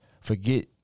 forget